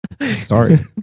Sorry